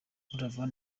buravan